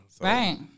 Right